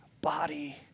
body